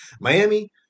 Miami